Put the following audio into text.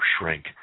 shrink